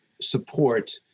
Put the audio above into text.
support